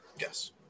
Yes